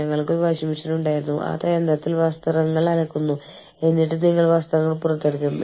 നിങ്ങളുടെ കുട്ടികളുടെ വിദ്യാഭ്യാസത്തിന് സർക്കാർ നടത്തുന്ന സ്കൂളുകളിൽ മാത്രമേ പണം നൽകൂ